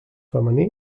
femení